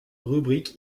rubrique